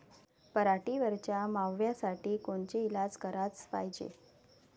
पराटीवरच्या माव्यासाठी कोनचे इलाज कराच पायजे?